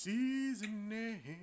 Seasoning